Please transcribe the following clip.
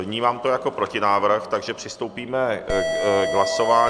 Vnímám to jako protinávrh, takže přistoupíme k hlasování.